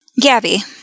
Gabby